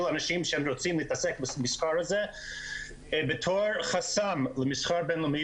על אנשים שרוצים להתעסק במסחר הזה בתור חסם למסחר בין-לאומי.